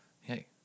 hey